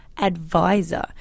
advisor